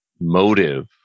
motive